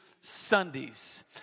Sundays